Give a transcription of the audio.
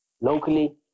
locally